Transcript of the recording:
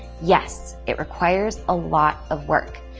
yes, it requires a lot of work.